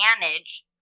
manage